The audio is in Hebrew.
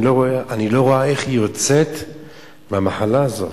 אני לא רואה איך היא יוצאת מהמחלה הזו.